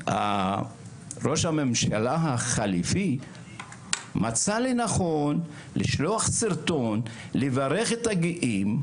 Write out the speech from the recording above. ראש הממשלה החליפי מצא לנכון לשלוח סרטון לברך את הגאים.